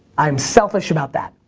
i'm selfish about that.